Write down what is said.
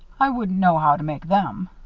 i wouldn't know how to make them.